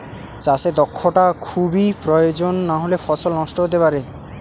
চাষে দক্ষটা খুবই প্রয়োজন নাহলে ফসল নষ্ট হতে পারে